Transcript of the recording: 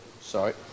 Sorry